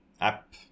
app